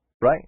Right